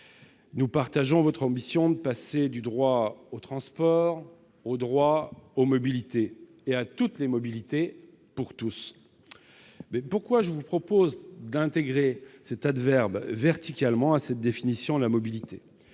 Nous partageons votre ambition de passer du droit au transport au droit aux mobilités, et à toutes les mobilités, pour tous. Pourquoi cette proposition d'intégrer l'adverbe « verticalement » à cette définition de la mobilité ?